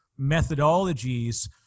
methodologies